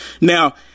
Now